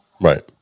Right